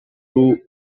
two